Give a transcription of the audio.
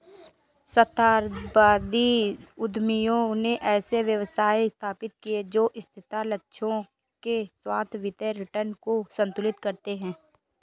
सहस्राब्दी उद्यमियों ने ऐसे व्यवसाय स्थापित किए जो स्थिरता लक्ष्यों के साथ वित्तीय रिटर्न को संतुलित करते हैं